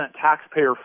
taxpayer